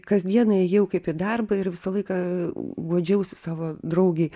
kasdien ėjau kaip į darbą ir visą laiką guodžiausi savo draugei